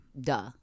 Duh